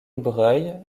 breuil